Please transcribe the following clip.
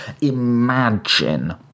imagine